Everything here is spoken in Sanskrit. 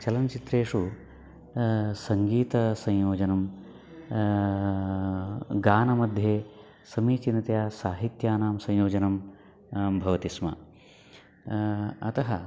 चलनचित्रेषु सङ्गीतसंयोजनं गानमध्ये समीचीनतया साहित्यानां संयोजनं भवति स्म अतः